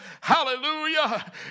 hallelujah